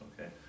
Okay